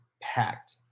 packed